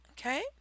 okay